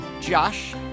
Josh